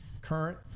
current